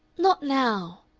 not now.